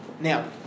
Now